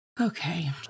Okay